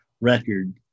record